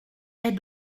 est